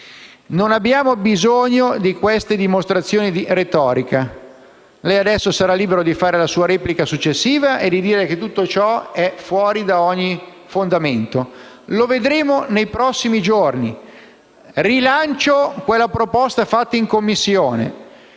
Non abbiamo bisogno di queste dimostrazioni di retorica. Lei adesso sarà libero di fare la sua replica e di dire che tutto ciò è fuori da ogni fondamento. Lo vedremo nei prossimi giorni. Io rilancio una proposta avanzata in Commissione;